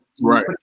right